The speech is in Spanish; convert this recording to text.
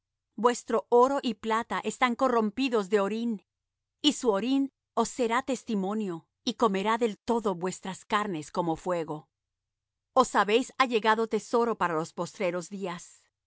vuestro oro y plata están corrompidos de orín y su orín os será testimonio y comerá del todo vuestras carnes como fuego os habéis allegado tesoro para en los postreros días